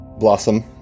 Blossom